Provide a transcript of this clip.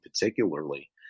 particularly